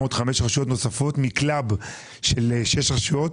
עוד 5 רשויות נוספות מקלאב של 6 רשויות.